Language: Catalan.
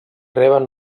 reben